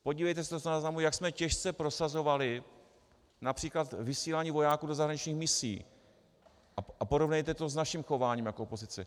Podívejte se do stenozáznamů, jak jsme těžce prosazovali například vysílání vojáků do zahraničních misí, a porovnejte to s naším chováním jako opozice.